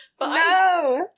No